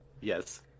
Yes